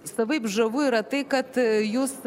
savaip žavu yra tai kad jūs